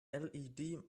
led